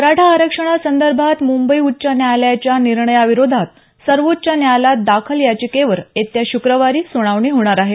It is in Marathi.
मराठा आरक्षणासंदर्भात म्रंबई उच्च न्यायालयाच्या निर्णया विरोधात सर्वोच्च न्यायालयात दाखल याचिकेवर येत्या शुक्रवारी सुनावणी होणार आहे